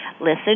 listen